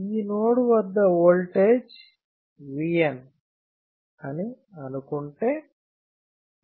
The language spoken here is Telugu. ఈ నోడ్ వద్ద ఓల్టేజ్ Vn అని అనుకుందాం